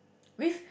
with